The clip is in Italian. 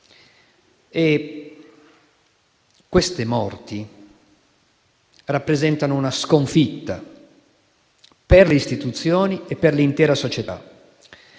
Queste morti rappresentano una sconfitta per le istituzioni e per l'intera società,